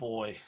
Boy